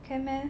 can meh